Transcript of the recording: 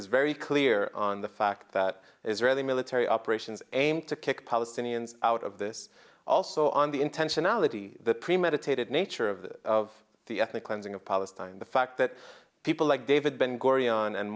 is very clear on the fact that israeli military operations aimed to kick palestinians out of this also on the intentionality premeditated nature of the of the ethnic cleansing of palestine the fact that people like david ben gurion and